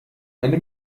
eine